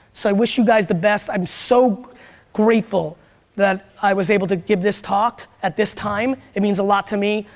so i wish you guys the best. i'm so grateful that i was able to give this talk, at this time. it means a lot to me.